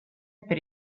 per